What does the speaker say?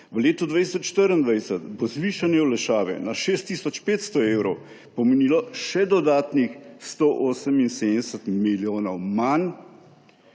V letu 2024 bo zvišanje olajšave na 6 tisoč 500 evrov pomenilo še dodatnih 178 milijonov manj